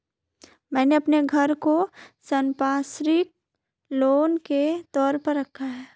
मैंने अपने घर को संपार्श्विक लोन के तौर पर रखा है